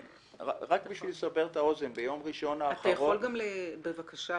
אתה יכול בבקשה,